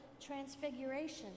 transfiguration